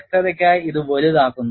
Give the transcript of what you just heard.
വ്യക്തതയ്ക്കായിഅത് വലുതാക്കുന്നു